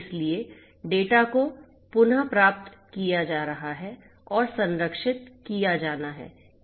इसलिए डेटा को पुनः प्राप्त किया जा रहा है और संरक्षित किया जाना है